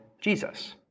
Jesus